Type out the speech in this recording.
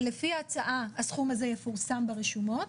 ולפי ההצעה הסכום הזה יפורסם ברשומות.